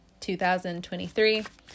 2023